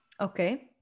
okay